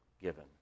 given